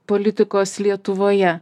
politikos lietuvoje